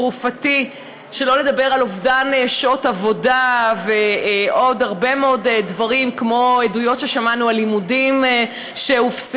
שלא לדבר על אובדן שעות עבודה ועוד הרבה מאוד דברים כמו לימודי שהופסקו,